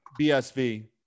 bsv